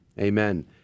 Amen